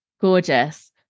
Gorgeous